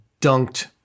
dunked